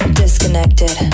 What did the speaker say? disconnected